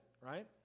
right